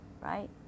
right